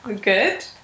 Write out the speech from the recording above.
Good